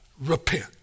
repent